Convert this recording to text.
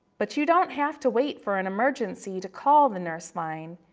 but you don't have to wait for an emergency to call the nurse line,